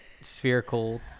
spherical